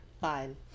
Fine